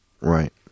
Right